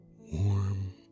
warm